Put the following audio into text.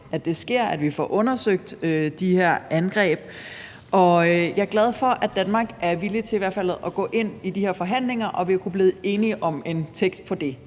at det sker, altså at vi får undersøgt de her angreb. Jeg er glad for, at Danmark er villig til i hvert fald at gå ind i de her forhandlinger, og at vi har kunnet blive enige om en tekst for det.